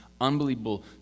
unbelievable